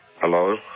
hello